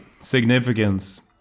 significance